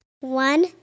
One